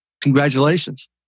Congratulations